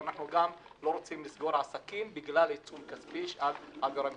אבל אנחנו גם לא רוצים לסגור עסקים בגלל עיצום כספי על עבירה מסוימת.